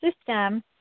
system